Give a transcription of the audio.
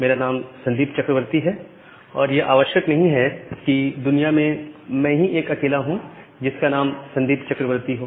मेरा नाम संदीप चक्रवर्ती है और यह आवश्यक नहीं कि इस दुनिया में मैं ही एक अकेला हूं जिसका नाम संदीप चक्रवर्ती हो